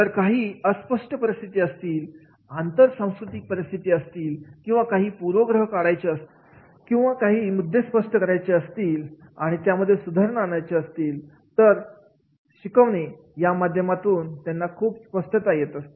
जर काही अस्पष्ट परिस्थिती असतील आंतर सांस्कृतिक परिस्थिती असतील किंवा काही पूर्वग्रह काढायचे असतील किंवा काही बहिण भाऊ स्पष्ट करायचे असतील आणि त्यामध्ये सुधारणा आणायचे असेल तर शिकवणे या माध्यमातून त्यांना खूप स्पष्टता येत असते